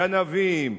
גנבים,